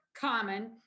common